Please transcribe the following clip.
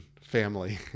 family